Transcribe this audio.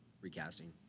recasting